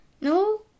No